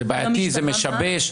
זה בעייתי, זה משבש.